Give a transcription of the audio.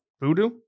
Voodoo